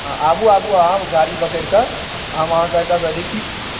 हँ अहाँ आबू गाड़ी पकड़िकऽ हम अहाँकेॅं एतऽसँ रिसीव कय लेब